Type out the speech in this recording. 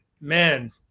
man